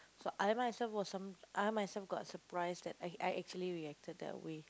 so I myself was some I myself got surprised that I I actually reacted that way